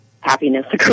happiness